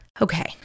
okay